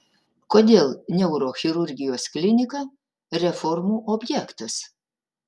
kodėl neurochirurgijos klinika reformų objektas